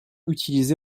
utilisé